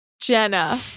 Jenna